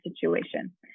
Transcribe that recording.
situation